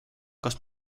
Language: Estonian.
kas